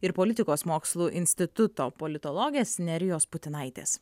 ir politikos mokslų instituto politologės nerijos putinaitės